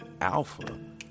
Alpha